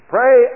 Pray